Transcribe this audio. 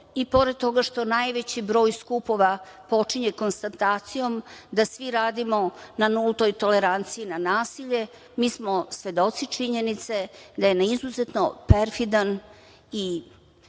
i pored toga što najveći broj skupova počinje konstatacijom da svi radimo na nultoj toleranciji na nasilje, mi smo svedoci činjenice da je na izuzetno perfidan i prosto